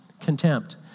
contempt